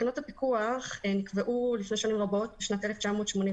תקנות הפיקוח נקבעו לפני שנים רבות, בשנת 1986,